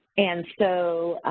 and so,